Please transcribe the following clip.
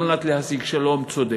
על מנת להשיג שלום צודק.